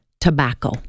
tobacco